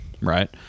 right